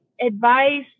advice